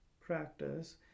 practice